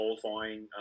qualifying